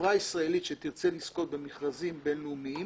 חברה ישראלית שתרצה לזכות במכרזים בין-לאומיים